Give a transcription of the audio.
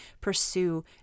pursue